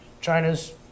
China's